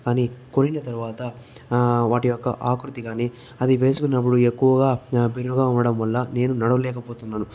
కానీ కొన్న తర్వాత వాటి యొక్క ఆకృతి గాని అది వేసుకున్నప్పుడు ఎక్కువగా బిర్రుగా అవ్వడం వల్ల నేను నడవలేక పోతున్నాను